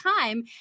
time